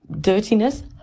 dirtiness